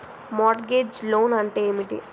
Mart gauge loan అంటే ఏమిటి?